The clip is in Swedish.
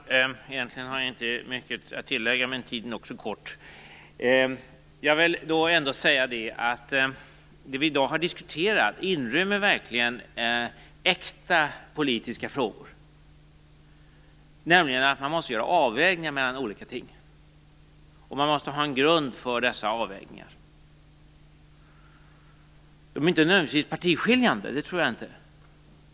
Fru talman! Egentligen har jag inte mycket att tilllägga, men tiden är också kort. Jag vill ändå säga att det vi i dag diskuterar verkligen inrymmer äkta politiska frågor, nämligen att man måste göra avvägningar mellan olika ting, och man måste ha en grund för dessa avvägningar. De är inte nödvändigtvis partiskiljande, det tror jag inte.